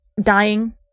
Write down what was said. dying